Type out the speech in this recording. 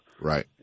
Right